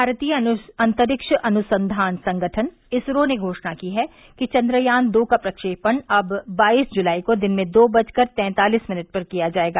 भारतीय अतरिक्ष अनुसंघान संगठन इसरो ने घोषणा की है कि चन्द्रयान दो का प्रक्षेपण अब बाईस जुलाई को दिन में दो बजकर तैंतालीस मिनट पर किया जायेगा